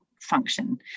function